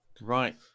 Right